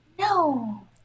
No